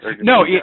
No